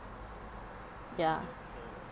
ya uh